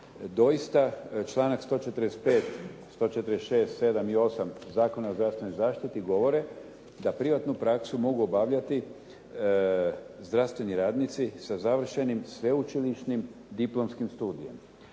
doista članak 145., 146., 147. i 148. Zakona o zdravstvenoj zaštiti govore da privatnu praksu mogu obavljati zdravstveni radnici sa završenim sveučilišnim diplomskim studijem,